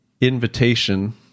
invitation